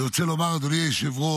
אני רוצה לומר, אדוני היושב-ראש,